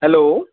hello